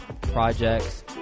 projects